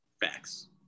Facts